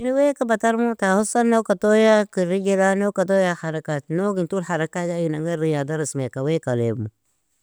ay weaka batarmu, taa husan nougka toya, karig jelaya, nogka toya, harakat nogin tuul harakaga iginan gair, riyada resmieaka weaka liabmu.